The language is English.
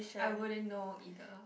I wouldn't know either